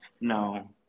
No